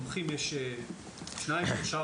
מומחים יש שניים, שלושה,